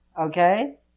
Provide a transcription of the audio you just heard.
Okay